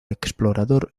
explorador